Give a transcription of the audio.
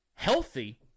healthy